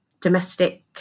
domestic